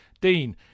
Dean